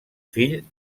fill